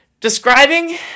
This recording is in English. describing